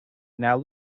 now